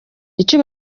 icyo